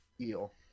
eel